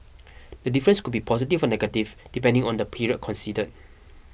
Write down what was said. the difference could be positive negative depending on the period considered